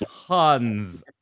tons